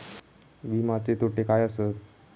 विमाचे तोटे काय आसत?